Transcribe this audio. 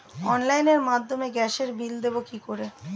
অনলাইনের মাধ্যমে গ্যাসের বিল দেবো কি করে?